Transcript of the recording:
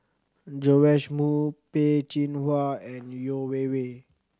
Joash Moo Peh Chin Hua and Yeo Wei Wei